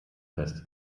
fest